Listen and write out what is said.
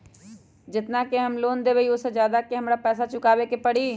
जेतना के हम लोन लेबई ओ से ज्यादा के हमरा पैसा चुकाबे के परी?